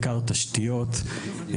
בעיקר תשתיות.